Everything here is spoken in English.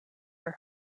for